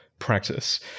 practice